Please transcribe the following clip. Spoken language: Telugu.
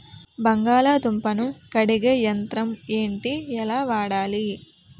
బంగాళదుంప ను కడిగే యంత్రం ఏంటి? ఎలా వాడాలి?